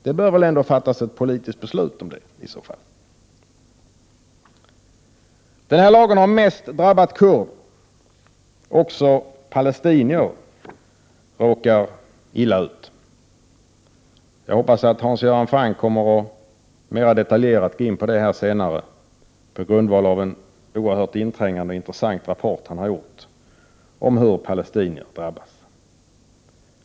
Det bör väl ändå fattas ett politiskt beslut om det. Den här lagen har mest drabbat kurder, men också palestinier råkar illa ut. Jag hoppas att Hans Göran Franck senare kommer att mera detaljerat gå in på den saken på grundval av en oerhört inträngade och intressant rapport som han har gjort om hur palestinier drabbas.